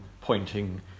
pointing